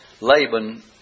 Laban